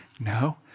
No